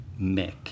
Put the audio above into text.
Mick